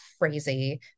crazy